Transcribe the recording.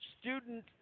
Student